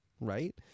right